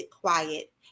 quiet